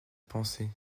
pensée